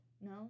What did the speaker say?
no